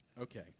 Okay